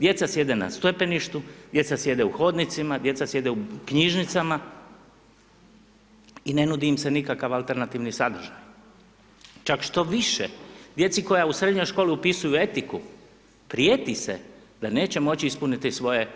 Djeca sjede na stepeništu, djeca sjede u hodnicima, djeca sjede u knjižnicama i ne nudi im se nikakav alternativni sadržaj, čak štoviše, djeci koja u srednjoj školi upisuju etiku, prijeti se da neće moći ispuniti svoje